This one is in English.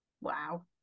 Wow